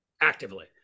actively